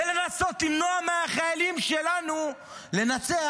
בלנסות למנוע מהחיילים שלנו לנצח,